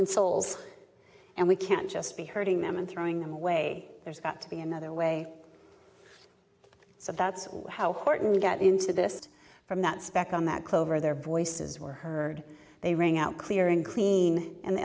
souls and we can't just be hurting them and throwing them away there's got to be another way so that's how we got into this from that speck on that clover their voices were heard they rang out clear and clean and the